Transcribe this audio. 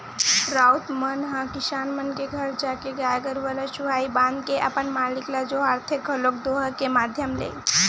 राउत मन ह किसान मन घर जाके गाय गरुवा ल सुहाई बांध के अपन मालिक ल जोहारथे घलोक दोहा के माधियम ले